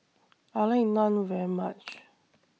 I like Naan very much